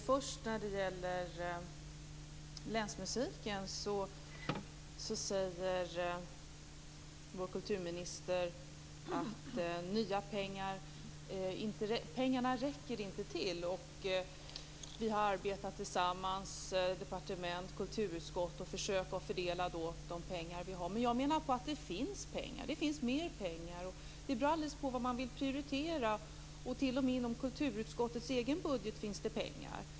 Fru talman! När det gäller länsmusiken säger vår kulturminister att pengarna inte räcker till och att departementet och kulturutskottet har arbetat tillsammans för att försöka fördela de pengar vi har. Men jag menar att det finns pengar. Det finns mer pengar. Det beror alldeles på vad man vill prioritera. Det finns t.o.m. pengar inom kulturutskottets egen budget.